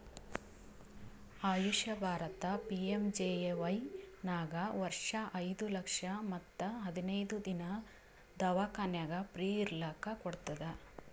AYUSH Bharat PMJAY ನಾಗ್ ವರ್ಷ ಐಯ್ದ ಲಕ್ಷ ಮತ್ ಹದಿನೈದು ದಿನಾ ದವ್ಖಾನ್ಯಾಗ್ ಫ್ರೀ ಇರ್ಲಕ್ ಕೋಡ್ತುದ್